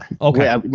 Okay